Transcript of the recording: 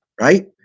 right